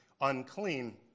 unclean